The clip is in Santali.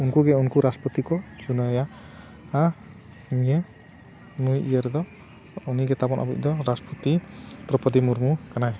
ᱩᱱᱠᱩ ᱜᱮ ᱩᱱᱠᱩ ᱨᱟᱥᱴᱨᱚᱯᱚᱛᱤ ᱠᱚ ᱪᱩᱱᱟᱹᱣᱮᱜ ᱭᱟ ᱱᱤᱭᱟᱹ ᱱᱩᱭ ᱤᱭᱟᱹ ᱨᱮᱫᱚ ᱩᱱᱤ ᱜᱮᱛᱟᱵᱚᱱ ᱟᱵᱚᱭᱤᱡ ᱫᱚ ᱨᱟᱥᱴᱨᱚᱯᱚᱛᱤ ᱫᱨᱳᱣᱯᱚᱫᱤ ᱢᱩᱨᱢᱩ ᱠᱟᱱᱟᱭ